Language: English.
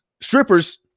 strippers